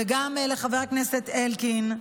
וגם לחבר הכנסת אלקין,